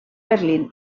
berlín